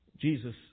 Jesus